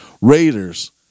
Raiders